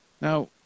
Now